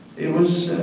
it was